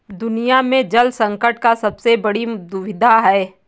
दुनिया में जल संकट का सबसे बड़ी दुविधा है